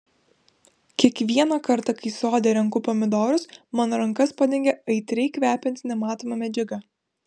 kiekvieną kartą kai sode renku pomidorus mano rankas padengia aitriai kvepianti nematoma medžiaga